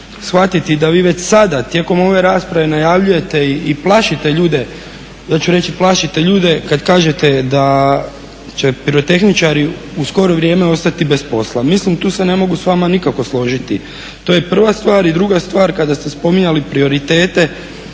shvatiti da vi već sada tijekom ove rasprave najavljujete i plašite ljude, ja ću reći plašite ljude kad kažete da će pirotehničari u skorije vrijeme ostati bez posla. Mislim tu se ne mogu s vama nikako složiti. To je prva stvar. I druga stvar. Kada ste spominjali prioritete,